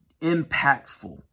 impactful